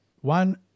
One